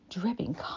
dripping